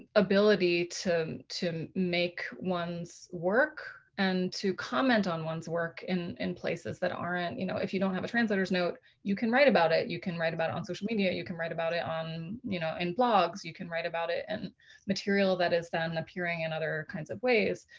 ability to to make ones work and to comment on one's work in in places that aren't. you know if you don't have a translator's note, you can write about it. you can write about it on social media, you can write about it um you know in blogs, you can write about it in material that is then appearing in other kinds of ways.